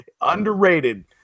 underrated